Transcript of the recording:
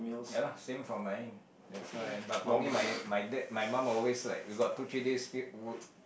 ya lah same for mine that's why but for me my my dad my mum always like we got two three days w~